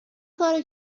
کارو